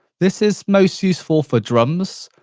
this is most useful for drums,